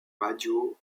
radio